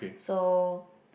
so